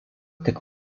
tik